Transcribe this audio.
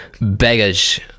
baggage